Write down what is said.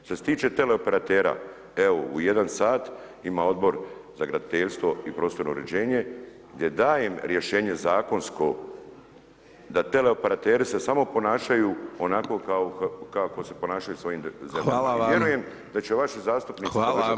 Što se tiče teleoperatera evo u 1 sat ima Odbor za graditeljstvo i prostorno uređenje gdje dajem rješenje zakonsko da teleoperateri se samo ponašaju onako kako se ponašaju u svojim [[Upadica: Hvala vam.]] zemljama, vjerujem da će vaši zastupnici